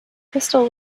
crystal